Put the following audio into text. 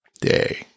day